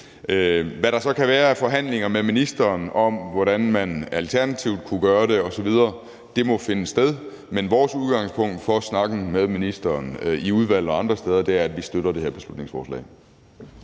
Hvad der så kan være af forhandlinger med ministeren om, hvordan man alternativt kunne gøre det osv., må finde sted. Men vores udgangspunkt for snakken med ministeren i udvalget og andre steder er, at vi støtter det her beslutningsforslag.